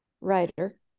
writer